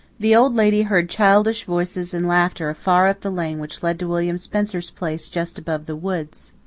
the old lady heard childish voices and laughter afar up the lane which led to william spencer's place just above the woods.